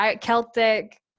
Celtic